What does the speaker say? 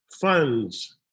funds